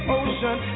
ocean